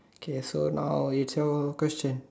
okay so now is your question